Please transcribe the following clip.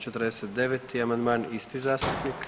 49. amandman isti zastupnik.